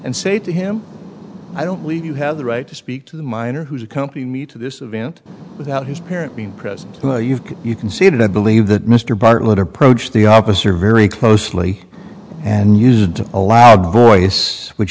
and say to him i don't believe you have the right to speak to the minor who is accompany me to this event without his parent being present though you could you can see that i believe that mr bartlett approached the officer very closely and used to a loud voice which